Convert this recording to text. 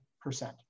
percent